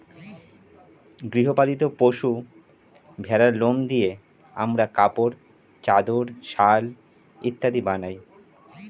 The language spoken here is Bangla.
গৃহ পালিত পশু ভেড়ার লোম দিয়ে আমরা কাপড়, চাদর, শাল ইত্যাদি বানাই